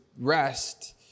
rest